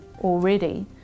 already